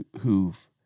who've